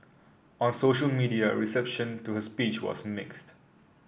on social media reception to her speech was mixed